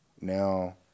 now